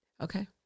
Okay